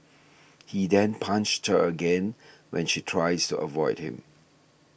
he then punched her again when she tries to avoid him